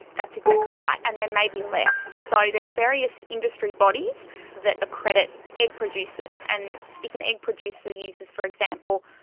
that's exactly right, and there may be less. so there are various industry bodies that accredit egg producers, and if an egg producer uses, for example,